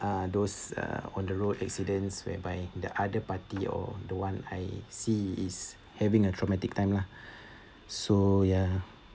uh those uh on the road accidents whereby the other party or the one I see is having a traumatic time lah so ya